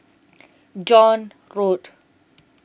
John Road